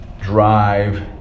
drive